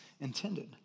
intended